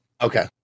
Okay